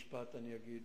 משפט אני אגיד,